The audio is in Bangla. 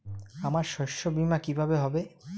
আমার শস্য বীমা কিভাবে হবে?